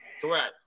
Correct